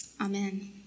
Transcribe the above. Amen